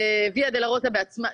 זה Via Dolorosa בעצמה,